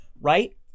right